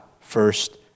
first